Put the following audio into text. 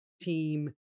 team